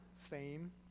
fame